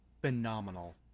Phenomenal